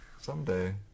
Someday